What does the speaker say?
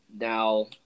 now